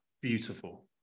Beautiful